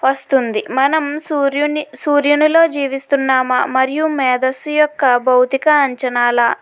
వస్తుంది మనం సూర్యుని సూర్యునిలో జీవిస్తున్నామా మరియు మేదస్సు యొక్క భౌతిక అంచనాల